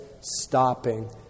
stopping